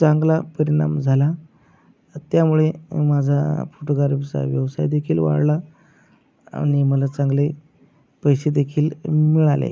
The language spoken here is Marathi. चांगला परिणाम झाला त्यामुळे माझा फोटोग्राफीचा व्यवसायदेखील वाढला आणि मला चांगले पैसेदेखील मिळाले